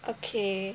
okay